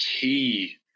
key